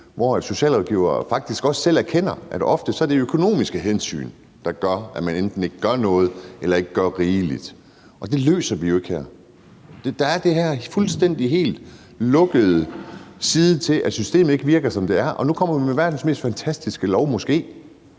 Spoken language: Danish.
hvor socialrådgivere faktisk også selv erkender, at det ofte er økonomiske hensyn, der gør, at man enten ikke gør noget eller ikke gør nok. Og det løser vi jo ikke her. Der er den her helt og fuldstændig lukkede side af det om, at systemet ikke virker, som det er, og nu kommer vi med verdens mest fantastiske lov, måske,